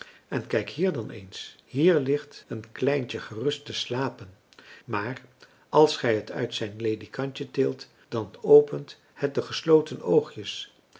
en kijk hier dan eens hier ligt een kleintje gerust te slapen maar als gij het uit zijn ledikantje tilt dan opent françois haverschmidt familie en kennissen het de gesloten oogjes